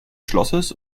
schlosses